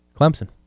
Clemson